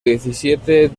diecisiete